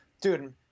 dude